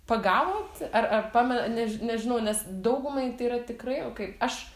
pagavot ar ar pame neži nežinau nes daugumai tai yra tikrai o kaip aš